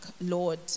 Lord